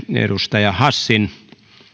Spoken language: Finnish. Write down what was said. edustaja hassin pyytäneen